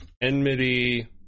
enmity